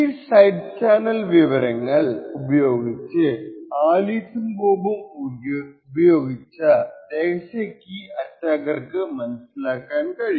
ഈ side channel വിവരങ്ങൾ ഉപയോഗിച്ച് ആലീസും ബോബും ഉപയോഗിച്ച രഹസ്യ കീ അറ്റാക്കർക്ക് മനസ്സിലാക്കാൻ കഴിയും